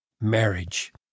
marriage